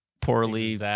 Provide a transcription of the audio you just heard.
poorly